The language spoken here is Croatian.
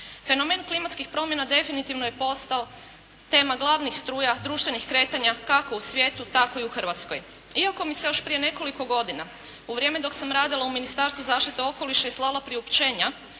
Fenomen klimatskih promjena definitivno je postao tema glavnih struja društvenih kretanja kako u svijetu, tako i u Hrvatskoj. Iako mi se još prije nekoliko godina, u vrijeme dok sam radila u Ministarstvu zaštite okoliša i slala priopćenja